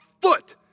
foot